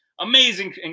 amazing –